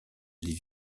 les